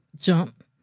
Jump